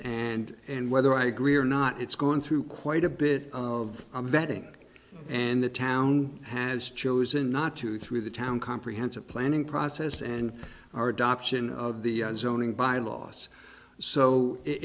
and and whether i agree or not it's gone through quite a bit of vetting and the town has chosen not to through the town comprehensive planning process and our adoption of the zoning bylaws so it